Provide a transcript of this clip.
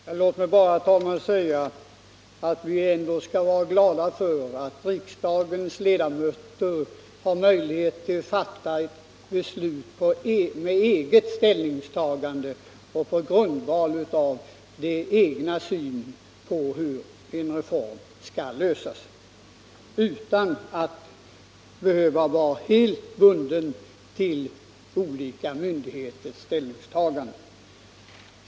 Herr talman! Låt mig bara säga att vi ändå skall vara glada för att riksdagens ledamöter har möjlighet att fatta ett beslut efter eget ställningstagande och på grundval av den egna synen på hur en reform skall genomföras utan att behöva vara helt bundna av olika myndigheters ställningstagande.